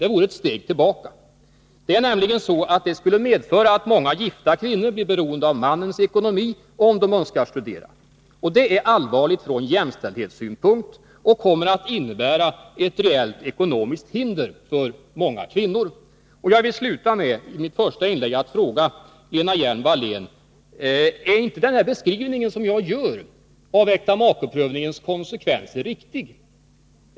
Det vore ett steg tillbaka. Det skulle nämligen medföra att många gifta kvinnor blir beroende av mannens ekonomi om de önskar studera. Det är allvarligt ur jämställdhetssynpunkt och kommer att innebära ett rejält ekonomiskt hinder för många kvinnor. Jag vill avsluta mitt första inlägg med att fråga Lena Hjelm-Wallén: Är inte den beskrivning jag gör av äktamakeprövningens konsekvenser riktig?